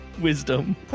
wisdom